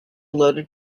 loaded